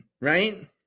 right